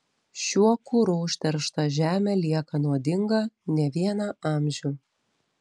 šiuo kuru užteršta žemė lieka nuodinga ne vieną amžių